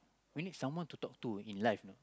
we need someone to talk to in life you know